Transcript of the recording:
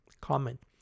Comment